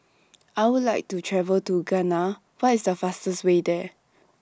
I Would like to travel to Ghana What IS The fastest Way There